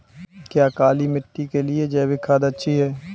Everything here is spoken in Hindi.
क्या काली मिट्टी के लिए जैविक खाद अच्छी है?